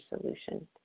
solution